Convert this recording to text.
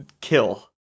kill